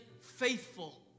faithful